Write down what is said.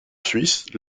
suisse